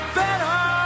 better